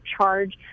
charge